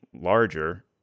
larger